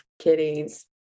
kitties